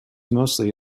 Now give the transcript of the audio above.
mostly